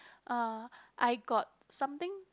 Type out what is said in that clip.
uh I got something